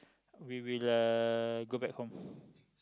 we will uh go back home